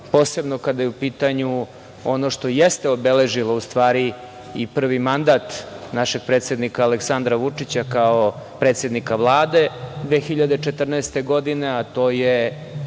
posebno kada je u pitanju ono što jeste obeležilo u stvari i prvi mandat našeg predsednika Aleksandra Vučića, kao predsednika Vlade 2014. godine, a to je